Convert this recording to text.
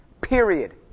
Period